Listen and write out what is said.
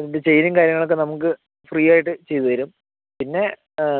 ഇതിൻ്റെ ചെയിനും കാര്യങ്ങളൊക്കെ നമ്മുക്ക് ഫ്രീ ആയിട്ടു ചെയ്തുതരും പിന്നെ